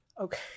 Okay